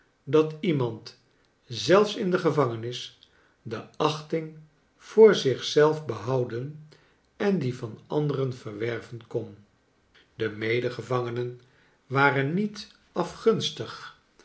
dat iemand zelfs in de gevangenis de achting voor zich zelf behouden en die van anderen verwerven kon de medegevangenen waren niet afgunstig